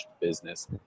business